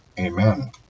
Amen